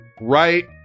right